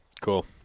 Cool